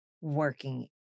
working